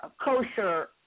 kosher